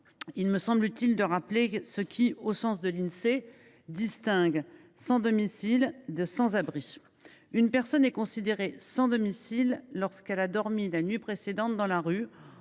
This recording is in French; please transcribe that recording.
il me semble utile de rappeler ce qui, au sens de l’Insee, distingue les personnes sans domicile des personnes sans abri. Une personne est considérée sans domicile lorsqu’elle a dormi la nuit précédente dans la rue,